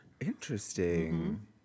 interesting